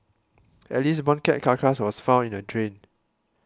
at least one cat carcass was found in a drain